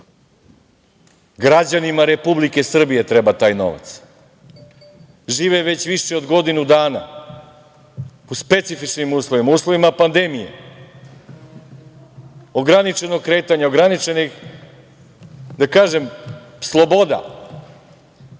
Građanima Republike Srbije treba taj novac. Žive već više od godinu dana u specifičnim uslovima, u uslovima pandemije, ograničenog kretanja, ograničenih sloboda,